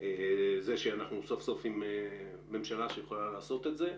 עם זה שאנחנו סוף סוף עם ממשלה שיכולה לעשות את זה,